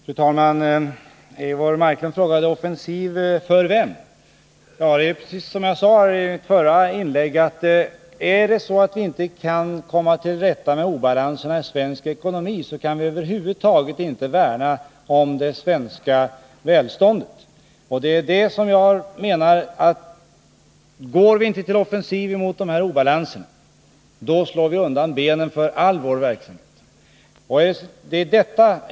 Fru talman! Eivor Marklund frågade: Offensiv för vem? Ja, det är vad jag sade i mitt förra inlägg. Kan vi inte komma till rätta med obalansen i svensk ekonomi, då kan vi över huvud taget inte värna om det svenska välståndet. Därför menar jag att om vi inte nu går till offensiv mot denna obalans, slår vi undan benen för all vår verksamhet.